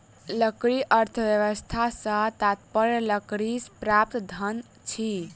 लकड़ी अर्थव्यवस्था सॅ तात्पर्य लकड़ीसँ प्राप्त धन अछि